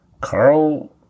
Carl